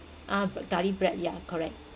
ah garlic bread yeah correct